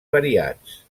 variats